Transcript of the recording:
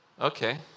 Okay